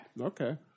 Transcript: Okay